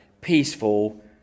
peaceful